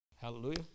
hallelujah